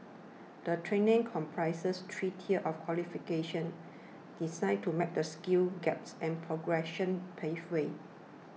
the training comprises three tiers of qualifications designed to map the skills gaps and progression pathways